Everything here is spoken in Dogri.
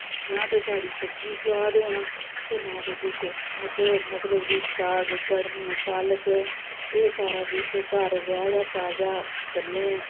ना ते साढ़ी सब्जी सोआद होना ते ना ते कुछ अस मतलब कि साग कड़म पालक एह् सारा कुछ घर उगाए दा ताजा खन्ने आं